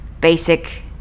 basic